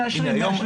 מאשרים עוד ועוד.